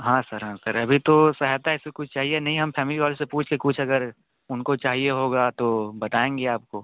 हाँ सर हाँ सर अभी तो सहायता ऐसी कुछ चाहिए नहीं हम फ़ैमिली वालों से पूछ लें कुछ अगर उन को चाहिए होगा तो बताएंगे आपको